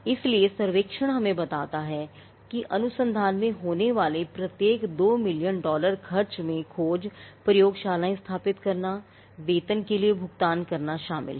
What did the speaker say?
इसलिए सर्वेक्षण हमें बताता है कि अनुसंधान में होने वाले प्रत्येक 2 मिलियन डॉलर खर्च में खोज प्रयोगशालाएं स्थापित करना वेतन के लिए भुगतान करना शामिल है